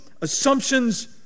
assumptions